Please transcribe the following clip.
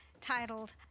titled